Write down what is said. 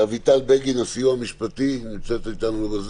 אביטל בגין מהסיוע המשפטי, בבקשה.